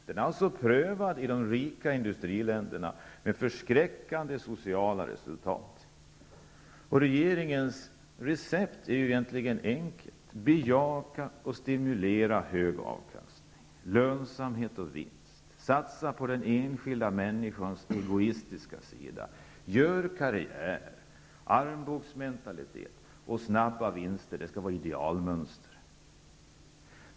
Den är prövad i de rika industriländerna med förskräckande sociala resultat. Regeringens recept är enkelt: bejaka och stimulera hög avkastning, lönsamhet och vinst, satsa på den enskilda människans egoistiska sida, göra karriär; armbågsmentalitet och snabba vinster skall vara idealmönster.